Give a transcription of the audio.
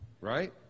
right